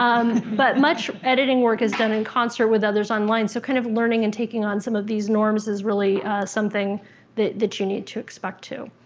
um but much editing work is done in concert with others online, so kind of learning and taking on some of these norms is really something that that you need to expect too.